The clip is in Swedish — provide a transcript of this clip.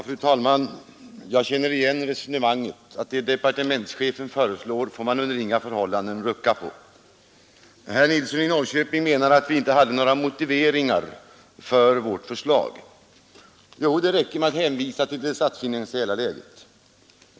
Fru talman! Jag känner igen resonemanget — det departementschefen föreslår får man under inga förhållanden rucka på. Herr Nilsson i Norrköping menade att vi inte har några motiveringar för vårt förslag. Jo, det räcker därvid att hänvisa till det statsfinansiella läget.